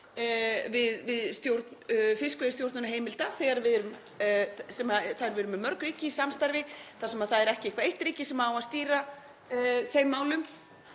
við stjórn fiskveiðiheimilda þegar við erum með mörg ríki í samstarfi þar sem það er ekki eitthvert eitt ríki sem á að stýra þeim málum.